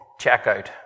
checkout